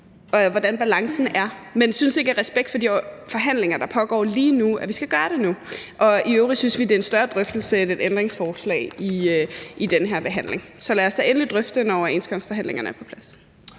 og hvordan balancen er, men synes ikke af respekt for de forhandlinger, der pågår lige nu, at vi skal gøre det nu. I øvrigt synes vi, det er en større drøftelse end et ændringsforslag i den her behandling. Så lad os da endelig drøfte det, når overenskomstforhandlingerne er på plads.